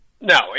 No